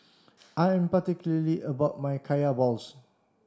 I'm particular about my kaya balls